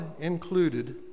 included